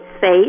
face